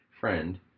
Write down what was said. friend